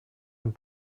ein